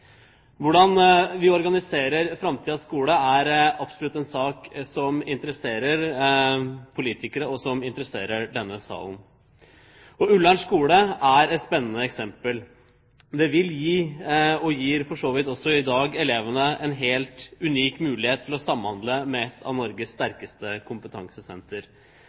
Hvordan vi organiserer framtidens skole, er absolutt en sak som interesserer politikere og som interesserer denne salen. Ullern skole er et spennende eksempel. Her vil elevene gis en helt unik mulighet til å samhandle med et av Norges sterkeste kompetansesenter.